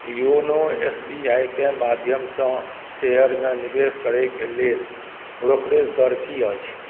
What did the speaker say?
YONO S B I के माध्यम सँ शेयर मे निवेश करैक लेल ब्रोकरेज दर की अछि